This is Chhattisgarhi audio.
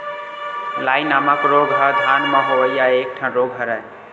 लाई नामक रोग ह धान म होवइया एक ठन रोग हरय